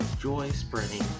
joy-spreading